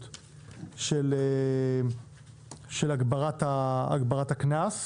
לאפקטיביות של הגברת הקנס?